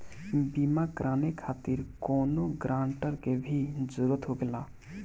बीमा कराने खातिर कौनो ग्रानटर के भी जरूरत होखे ला?